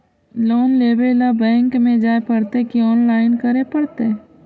Loan लेवे ल bank में जाय पड़तै कि औनलाइन करे पड़तै?